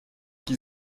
qui